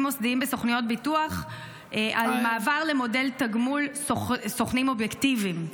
מוסדיים בסוכנויות ביטוח על מעבר למודל תגמול סוכנים אובייקטיביים?